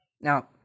Now